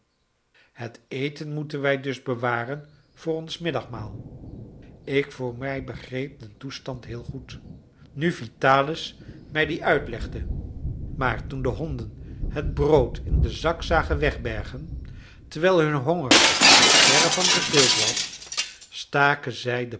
het eten moeten wij dus bewaren voor ons middagmaal ik voor mij begreep den toestand heel goed nu vitalis mij dien uitlegde maar toen de honden het brood in den zak zagen wegbergen terwijl hun honger nog verre van gestild was staken zij de